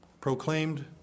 proclaimed